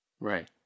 Right